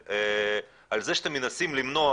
בזה שאתם מנסים למנוע,